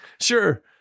Sure